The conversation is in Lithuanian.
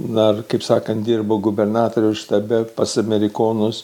dar kaip sakant dirbau gubernatoriaus štabe pas amerikonus